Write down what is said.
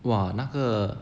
!wah! 那个